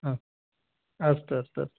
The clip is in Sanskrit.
हा अस्तु अस्तु